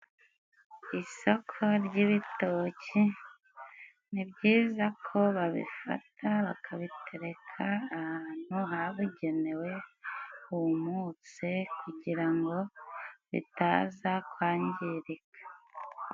Isoko ry'ibitoki. Ni byiza ko babifata bakabitereka ahantu habigenewe humutse kugira ngo bitaza kwangirika.